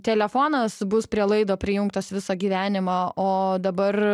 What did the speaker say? telefonas bus prie laido prijungtas visą gyvenimą o dabar